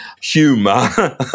humor